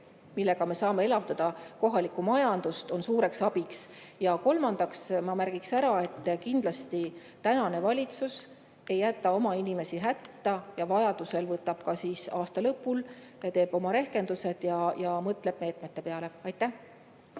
millega me saame elavdada kohalikku majandust, on suureks abiks. Ja kolmandaks, ma märgiksin ära, et kindlasti ei jäta praegune valitsus oma inimesi hätta ja vajadusel veel aasta lõpul teeb oma rehkendused ja mõtleb meetmete peale. Ja